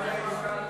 זה מחמאה או זה,